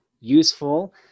useful